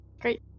Great